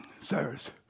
sirs